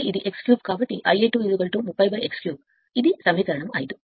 కాబట్టి Ia 2 30 ఇది సమీకరణం 5